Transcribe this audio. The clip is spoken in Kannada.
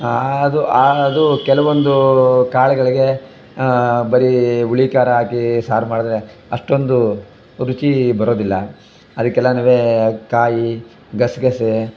ಅದು ಆ ಅದು ಕೆಲವೊಂದು ಕಾಳುಗಳಿಗೆ ಬರೀ ಹುಳಿ ಖಾರ ಹಾಕಿ ಸಾರು ಮಾಡಿದ್ರೆ ಅಷ್ಟೊಂದು ರುಚಿ ಬರೋದಿಲ್ಲ ಅದಿಕ್ಕೆಲ್ಲನು ಕಾಯಿ ಗಸಗಸೆ